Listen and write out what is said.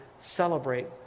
celebrate